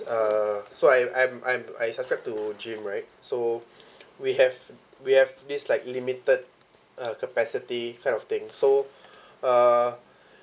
uh so I I'm I'm I subscribe to gym right so we have we have this like limited uh capacity kind of thing so uh